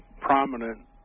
prominent